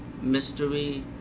mystery